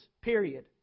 period